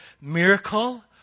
miracle